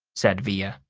said via.